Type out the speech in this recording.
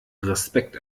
respekt